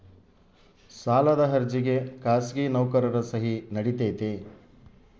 ಸಾಲದ ಅರ್ಜಿಗೆ ಖಾಸಗಿ ನೌಕರರ ಸಹಿ ನಡಿತೈತಿ?